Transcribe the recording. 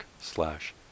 slash